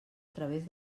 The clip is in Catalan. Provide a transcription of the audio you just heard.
través